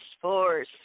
Force